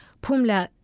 pumla,